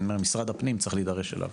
משרד הפנים צריך להידרש אליו.